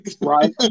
Right